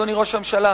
אדוני ראש הממשלה,